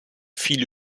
viel